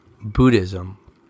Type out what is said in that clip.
Buddhism